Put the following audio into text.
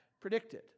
predicted